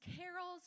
carols